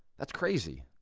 that's crazy,